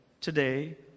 today